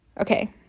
okay